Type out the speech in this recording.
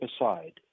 aside